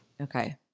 Okay